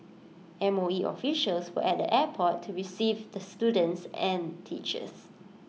M O E officials were at the airport to receive the students and teachers